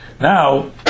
Now